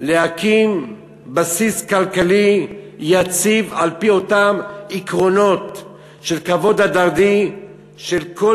להקים בסיס כלכלי יציב על-פי אותם עקרונות של כבוד הדדי של כל